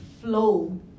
flow